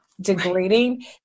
degrading